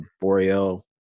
Boreal